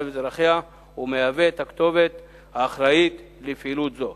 ואזרחיה ומהווה הכתובת האחראית לפעילות זו.